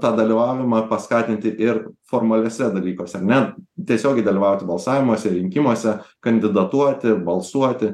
tą dalyvavimą paskatinti ir formaliuose dalykuose ar ne tiesiogiai dalyvauti balsavimuose rinkimuose kandidatuoti balsuoti